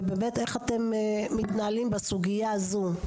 איך אתם מתנהלים בסוגיה הזו?